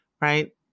Right